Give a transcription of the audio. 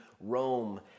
Rome